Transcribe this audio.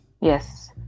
Yes